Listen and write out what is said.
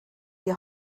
die